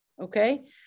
Okay